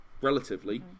Relatively